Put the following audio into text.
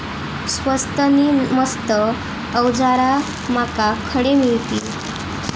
स्वस्त नी मस्त अवजारा माका खडे मिळतीत?